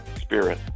Spirit